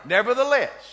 Nevertheless